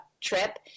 trip